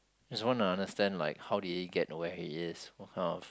just wanna understand like how did he get to where he is what kind of